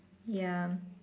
ya